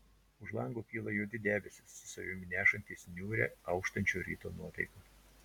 už lango kyla juodi debesys su savimi nešantys niūrią auštančio ryto nuotaiką